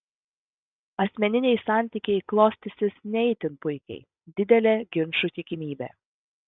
asmeniniai santykiai klostysis ne itin puikiai didelė ginčų tikimybė